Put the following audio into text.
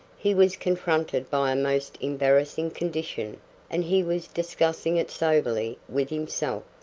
he was confronted by a most embarrassing condition and he was discussing it soberly with himself.